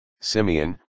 Simeon